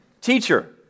Teacher